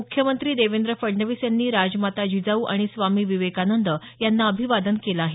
मुख्यमंत्री देवेंद्र फडणवीस यांनी राजमाता जिजाऊ आणि स्वामी विवेकानंद यांना अभिवादन केलं आहे